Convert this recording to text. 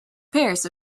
pairs